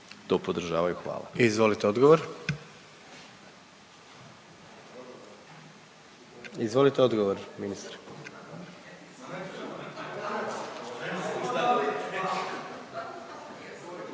Gordan (HDZ)** Izvolite odgovor. Izvolite odgovor ministre.